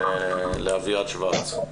לאביעד שוורץ.